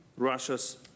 Russia's